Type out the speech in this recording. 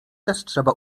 trzeba